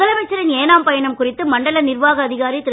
முதலமைச்சரின் ஏனாம் பயணம் குறித்து மண்டல நிர்வாக அதிகாரி திரு